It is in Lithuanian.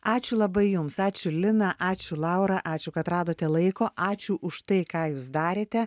ačiū labai jums ačiū lina ačiū laura ačiū kad radote laiko ačiū už tai ką jūs darėte